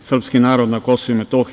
srpski narod na Kosovu i Metohiji.